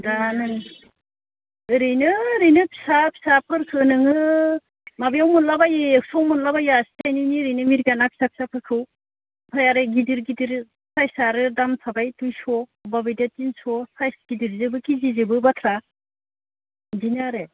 दा नै ओरैनो ओरैनो फिसा फिसा फोरखौ नोङो माबायाव मोनला बायो एक्स'आव मोनलाबायो आसि थाइनैनि ओरैनो मिरगा ना फिसा फिसाफोरखौ ओमफ्राय आरो गिदिर गिदिर साइसआ आरो दाम थाबाय दुइस' अबेबा बायदिआ थिनस' साइज गिदिरजोंबो केजिजोंबो बाथ्रा बिदिनो आरो